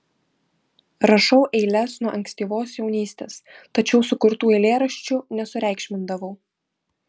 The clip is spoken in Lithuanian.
rašau eiles nuo ankstyvos jaunystės tačiau sukurtų eilėraščių nesureikšmindavau